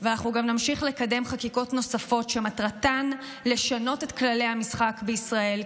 ואנחנו גם נמשיך לקדם חקיקות נוספות שמטרתן לשנות את כללי המשחק בישראל,